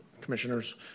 commissioners